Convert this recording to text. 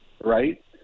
right